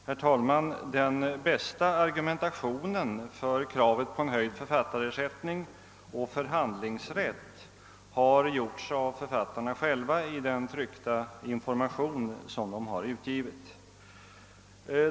Herr talman! Den bästa argumentationen för kravet på höjd författarersättning och förhandlingsrätt har gjorts av författarna själva i den tryckta information som de har utgivit.